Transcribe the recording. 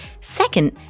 Second